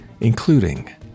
including